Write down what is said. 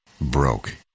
broke